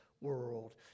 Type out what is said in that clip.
world